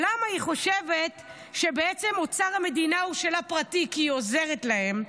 למה היא חושבת שאוצר המדינה הוא שלה פרטי כי היא עוזרת להם?